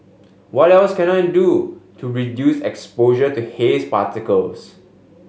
what else can I do to reduce exposure to haze particles